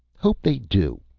hope they do.